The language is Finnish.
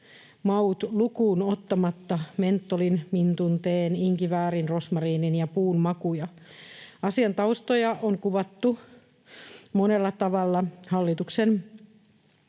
maut lukuun ottamatta mentolin, mintun, teen, inkiväärin, rosmariinin ja puun makuja. Asian taustoja on kuvattu monella tavalla hallituksen